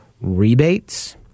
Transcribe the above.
rebates